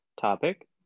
topic